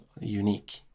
unique